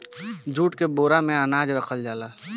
jute के बोरा में अनाज रखल जाला